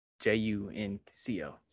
J-U-N-C-O